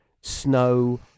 Snow